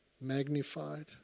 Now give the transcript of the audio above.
magnified